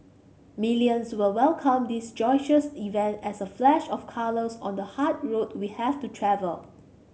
millions will welcome this joyous event as a flash of colours on the hard road we have to travel